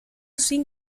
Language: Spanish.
sin